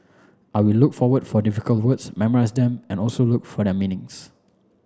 I will look for what for difficult words memorise them and also look for their meanings